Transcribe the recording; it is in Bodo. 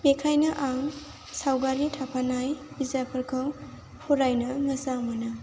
बेनिखायनो आं सावगारि थाफानाय बिजाबफोरखौ फरायनो मोजां मोनो